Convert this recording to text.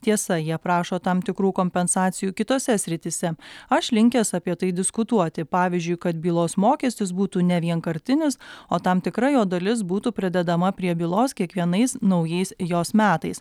tiesa jie prašo tam tikrų kompensacijų kitose srityse aš linkęs apie tai diskutuoti pavyzdžiui kad bylos mokestis būtų ne vienkartinis o tam tikra jo dalis būtų pridedama prie bylos kiekvienais naujais jos metais